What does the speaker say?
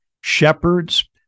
shepherds